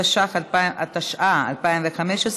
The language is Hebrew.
התשע"ה 2015,